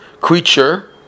creature